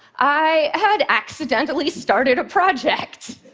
i had accidentally started a project.